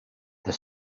the